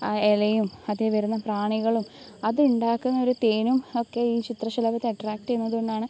ആ ഇലയും അതിൽവരുന്ന പ്രാണികളും അത് ഉണ്ടാക്കുന്ന ഒരു തേനും ഒക്കെ ഈ ചിത്രശലഭത്തെ അട്രാക്ട് ചെയ്യുന്നതുകൊണ്ടാണ്